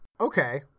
Okay